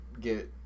get